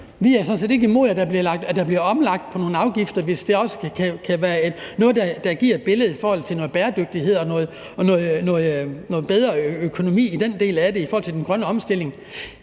set ikke imod, at der bliver omlagt nogle afgifter, hvis det også kan være noget, der giver et billede af noget bæredygtighed og noget bedre økonomi i den del af det i forhold til den grønne omstilling.